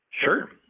Sure